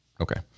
Okay